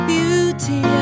Beauty